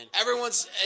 Everyone's